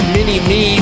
Mini-Me